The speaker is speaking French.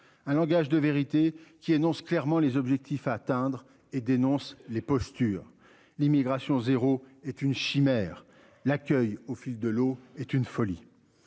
Un langage de vérité qui énonce clairement les objectifs à atteindre et dénonce les postures l'immigration zéro est une chimère. L'accueil au fil de l'eau est une folie.